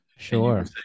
Sure